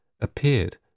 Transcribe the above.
appeared